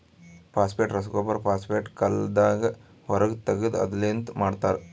phosphate ರಸಗೊಬ್ಬರ phosphate ಕಲ್ಲದಾಂದ ಹೊರಗ್ ತೆಗೆದು ಅದುರ್ ಲಿಂತ ಮಾಡ್ತರ